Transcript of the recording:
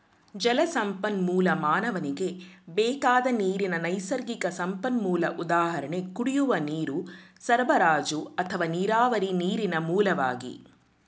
ಜಲಸಂಪನ್ಮೂಲ ಮಾನವನಿಗೆ ಬೇಕಾದ ನೀರಿನ ನೈಸರ್ಗಿಕ ಸಂಪನ್ಮೂಲ ಉದಾಹರಣೆ ಕುಡಿಯುವ ನೀರು ಸರಬರಾಜು ಅಥವಾ ನೀರಾವರಿ ನೀರಿನ ಮೂಲವಾಗಿ